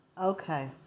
Okay